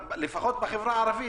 לפחות בחברה הערבית,